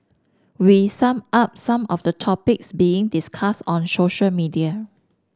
we sum up some of the topics being discuss on social media